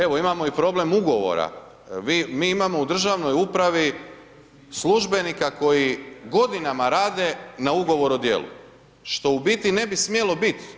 Evo, imamo i problem ugovora, mi imamo u državnoj upravi, službenika koji godinama rade o ugovor na dijelu, što u biti ne bi smijalo biti.